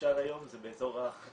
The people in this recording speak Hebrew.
שאפשר היום זה באזור חצי